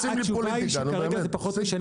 למה אתם עושים פוליטיקה?